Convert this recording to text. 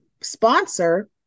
sponsor